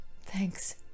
Thanks